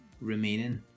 remaining